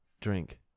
drink